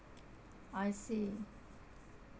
I see